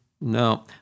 No